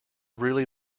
really